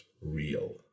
real